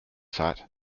site